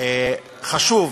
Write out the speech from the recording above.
חשוב